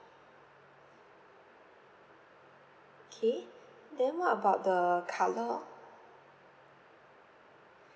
okay then what about the colour